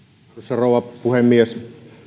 rouva puhemies